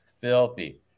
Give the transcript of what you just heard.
Filthy